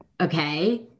okay